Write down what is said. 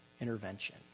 intervention